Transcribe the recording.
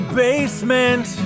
basement